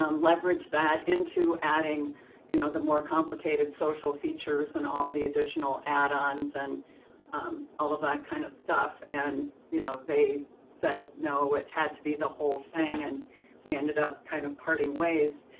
um leverage that into adding you know the more complicated social features and all the additional add-ons and um all of that kind of stuff. and you know they said no, it had to be the whole thing and we ended up kind of parting ways.